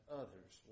others